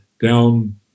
down